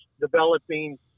developing